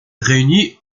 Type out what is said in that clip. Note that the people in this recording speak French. réunit